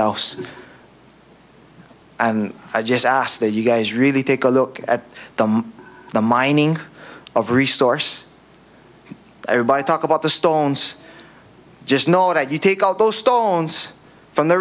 else and i just ask that you guys really take a look at them the mining of resource everybody talk about the stones just know that you take all those stones from the